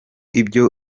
ibyo